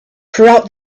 throughout